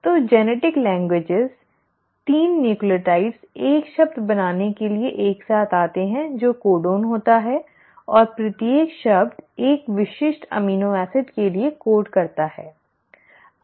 तो आनुवंशिक भाषा 3 न्यूक्लियोटाइड एक शब्द बनाने के लिए एक साथ आते हैं जो कोडन होता है और प्रत्येक शब्द एक विशिष्ट अमीनो एसिड के लिए कोड करता है